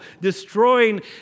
destroying